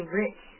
rich